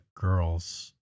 girls